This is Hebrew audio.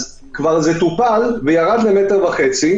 אז זה כבר טופל וירד למטר וחצי,